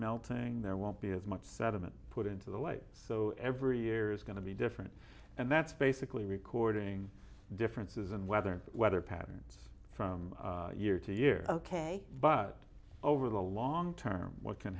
melting there won't be as much sediment put into the light so every year is going to be different and that's basically recording differences in weather weather patterns from year to year ok but over the long term what can